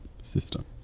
system